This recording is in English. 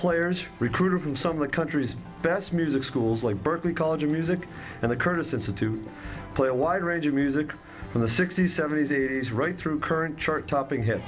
players recruited from some of the country's best music schools like berklee college of music and the curtis institute play a wide range of music from the sixty's seventy's eighty's right through current chart topping hit